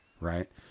Right